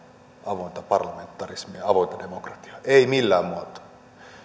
avointa parlamentarismia avointa demokratiaa ei millään muotoa